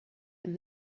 and